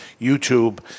YouTube